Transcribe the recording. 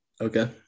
Okay